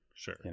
Sure